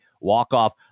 walk-off